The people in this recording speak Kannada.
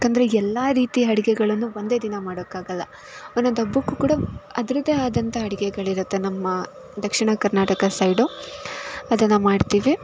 ಯಾಕಂದರೆ ಎಲ್ಲ ರೀತಿ ಅಡುಗೆಗಳನ್ನು ಒಂದೇ ದಿನ ಮಾಡೋಕಾಗೋಲ್ಲ ಒಂದೊಂದ್ ಹಬ್ಬಕ್ಕೂ ಕೂಡ ಅದ್ರದ್ದೇ ಆದಂಥ ಅಡುಗೆಗಳಿರುತ್ತೆ ನಮ್ಮ ದಕ್ಷಿಣ ಕರ್ನಾಟಕ ಸೈಡು ಅದನ್ನ ಮಾಡ್ತೀವಿ